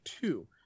two